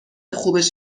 خوبش